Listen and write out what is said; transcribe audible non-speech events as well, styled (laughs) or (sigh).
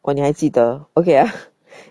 哇你还记得 okay ah (laughs)